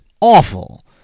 awful